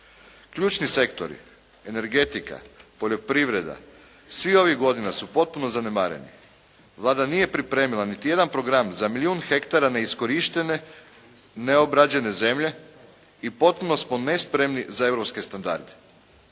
Ključni sektori energetika, poljoprivreda svih ovih godina su potpuno zanemareni. Vlada nije pripremila niti jedan program za milijun hektara neiskorištene, neobrađene zemlje i potpuno smo nespremni za europske standarde.